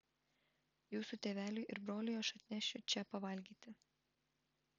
jūsų tėveliui ir broliui aš atnešiu čia pavalgyti